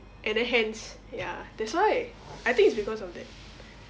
and then hence ya that's why I think it's because of that